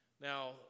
Now